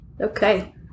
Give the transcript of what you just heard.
Okay